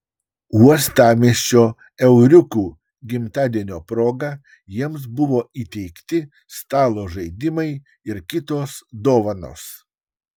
uostamiesčio euriukų gimtadienio proga jiems buvo įteikti stalo žaidimai ir kitos dovanos